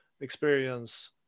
experience